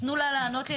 תנו לו לענות לי.